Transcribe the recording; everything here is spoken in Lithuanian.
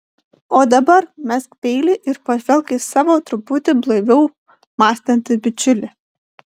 o dabar mesk peilį ir pažvelk į savo truputį blaiviau mąstantį bičiulį